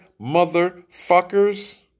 motherfuckers